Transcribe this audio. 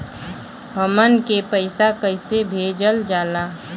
हमन के पईसा कइसे भेजल जाला?